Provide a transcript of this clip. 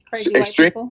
extreme